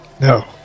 No